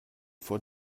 vor